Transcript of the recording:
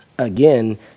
Again